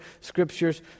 scriptures